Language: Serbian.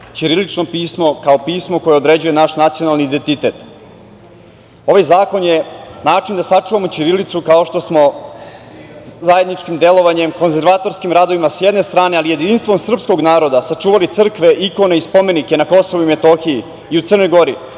ćirilično pismo kao pismo koje određuje naš nacionalni identitet. Ovaj zakon je način da sačuvamo ćirilicu kao što smo zajedničkim delovanjem, konzervatorskim radovima, s jedne strane, ali i jedinstvom srpskog naroda sačuvali crkve, ikone i spomenike na KiM i u Crnoj Gori,